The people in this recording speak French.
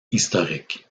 historique